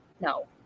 No